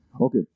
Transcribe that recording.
Okay